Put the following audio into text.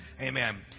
Amen